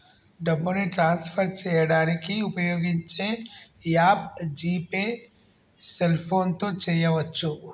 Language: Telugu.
డబ్బుని ట్రాన్స్ఫర్ చేయడానికి ఉపయోగించే యాప్ జీ పే సెల్ఫోన్తో చేయవచ్చు